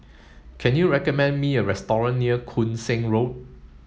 can you recommend me a near Koon Seng Road